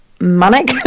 Manic